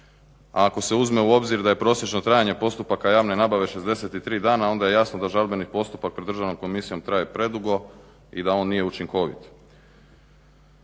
a ako se uzme u obzir da je prosječno trajanje postupaka javne nabave 63 dana onda je jasno da žalbeni postupak pred Državnom komisijom traje predugo i da on nije učinkovit.